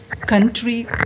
country